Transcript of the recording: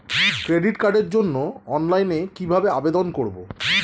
Credit কার্ডের জন্য অনলাইনে কিভাবে আবেদন করব?